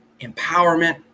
empowerment